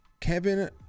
Kevin